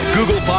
Google